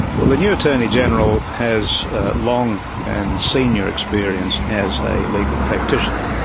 well the new attorney-general has long and senior experience as a legal practitioner.